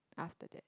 after that